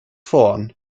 ffôn